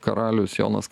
karalius jonas